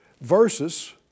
versus